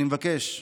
אני מבקש,